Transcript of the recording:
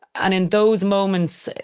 and in those moments,